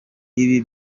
ibi